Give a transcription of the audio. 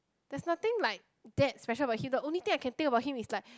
there's nothing like that special about him the only thing I can think about him is like